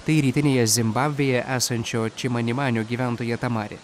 tai rytinėje zimbabvėje esančio čimanimanio gyventoja tamari